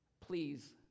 please